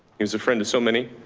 he was a friend to so many.